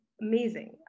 amazing